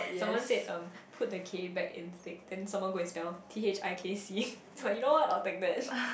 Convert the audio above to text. someone said um put the K back in thicc someone go and spell T_H_I_K_C you know what I'll take that